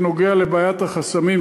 זה נוגע לבעיית החסמים,